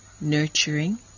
nurturing